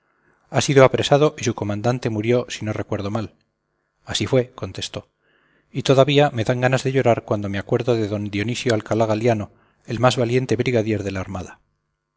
ha sido apresado y su comandante murió si no recuerdo mal así fue contestó y todavía me dan ganas de llorar cuando me acuerdo de don dionisio alcalá galiano el más valiente brigadier de la armada